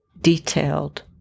detailed